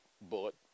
bullet